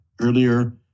earlier